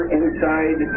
inside